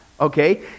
okay